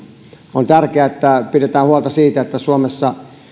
on tärkeää että pidetään huolta siitä että suomessa